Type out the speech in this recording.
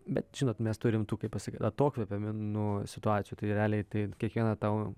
bet žinot mes turim tų kai pasakyt atokvėpio nu situacijų tai realiai tai kiekvieną tau